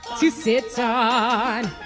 to sit ah on.